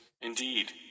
indeed